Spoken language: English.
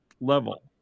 level